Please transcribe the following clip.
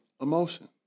emotion